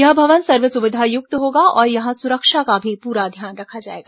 यह भवन सर्वसुविधा युक्त होगा और यहां सुरक्षा का भी पूरा ध्यान रखा जाएगा